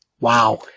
Wow